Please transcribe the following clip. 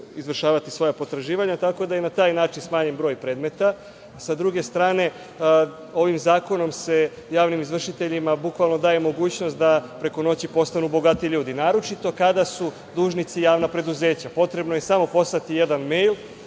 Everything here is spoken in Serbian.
izvršavati svoja potraživanja, tako da je na taj način smanjen broj predmeta. Sa druge strane, ovim zakonom se javnim izvršiteljima bukvalno daje mogućnost da preko noći postanu bogatiji ljudi. Naročito kada su dužnici javna preduzeća. Potrebno je samo poslati jedan mejl